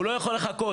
הוא לא יכול לחכות.